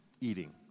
eating